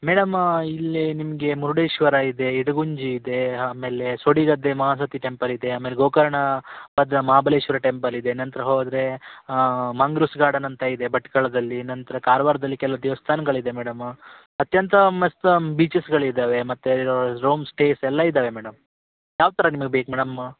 madam ಇಲ್ಲಿ ನಿಮಗೆ ಮುರುಡೇಶ್ವರ ಇದೆ ಇಡಗುಂಜಿ ಇದೆ ಆಮೇಲೆ ಸೋಡಿ ಗದ್ದೆ ಮಾರುತಿ ಟೆಂಪಲ್ ಇದೆ ಆಮೇಲೆ ಗೋಕರ್ಣ ಪದ್ರ ಮಹಾಬಲೇಶ್ವರ ಟೆಂಪಲ್ ಇದೆ ನಂತರ ಹೋದರೆ ಮಂಗ್ರೂಸ್ ಗಾರ್ಡನ್ ಅಂತ ಇದೆ ಭಟ್ಕಳದಲ್ಲಿ ನಂತರ ಕಾರಾವಾರ್ದಲ್ಲಿ ಕೆಲವು ದೇವಸ್ಥಾನಗಳ್ ಇದೆ ಮೇಡಮ್ ಅತ್ಯಂತ ಮಸ್ತ ಬೀಚಸ್ಸುಗಳ್ ಇದ್ದಾವೆ ಮತ್ತು ರೂಮ್ ಸ್ಟೇಸ್ ಎಲ್ಲ ಇದ್ದಾವೆ ಮೇಡಮ್ ಯಾವ ಥರ ನಿಮ್ಗೆ ಬೇಕು ಮೇಡಮ್